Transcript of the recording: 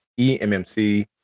emmc